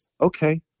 okay